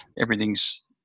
everything's